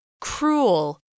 Cruel